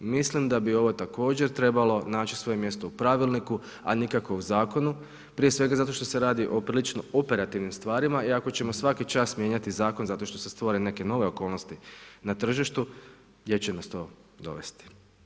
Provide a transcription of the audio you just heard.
Mislim da bi ovo također trebalo naći svoje mjesto u pravilniku, a nikako u zakonu, prije svega zato što se radi o prilično operativnim stvarima i ako ćemo svaki čast mijenjati zakon zato što se stvore neke nove okolnosti na tržištu, gdje će nas to dovesti.